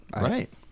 Right